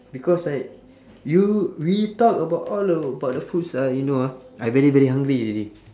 because I you we talk about all the about the foods ah you know ah I very very hungry already